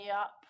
up